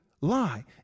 lie